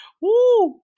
Woo